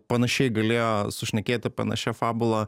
panašiai galėjo sušnekėti panašia fabula